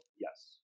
Yes